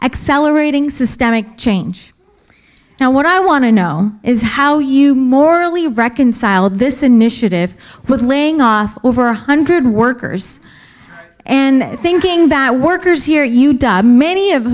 accelerating systemic change now what i want to know is how you morally reconcile this initiative with laying off over one hundred workers and thinking that workers here you many of